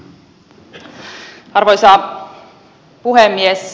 arvoisa puhemies